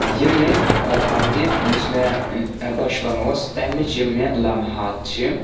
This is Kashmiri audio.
یِم مےٚ پننہِ یُس مےٚ بچپَن اوس تَمِچ یِم مےٚ لَمہات چھِ